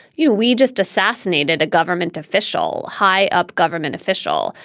you know, we just assassinated a government official, high up government official.